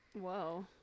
Whoa